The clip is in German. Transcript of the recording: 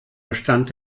bestand